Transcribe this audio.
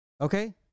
Okay